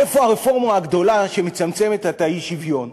איפה הרפורמה הגדולה שמצמצמת את האי-שוויון?